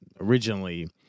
originally